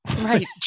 Right